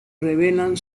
revelan